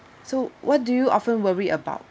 so what do you often worry about